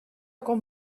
com